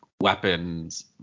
Weapons